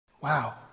Wow